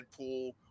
Deadpool